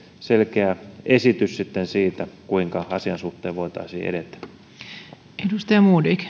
selkeä esitys sitten siitä kuinka asian suhteen voitaisiin edetä